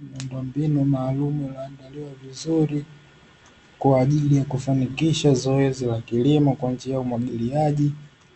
Miundombinu maalumu iliyoandaliwa vizuri kwajili ya kufanikisha zoezi la kilimo kwa njia ya umwagiliaji,